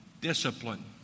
discipline